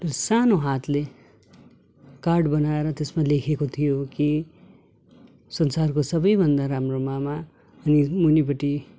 सानो हातले कार्ड बनाएर त्यसमा लेखेको थियो कि संसारको सबैभन्दा राम्रो मामा अनि मुनिपट्टि